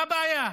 מה הבעיה?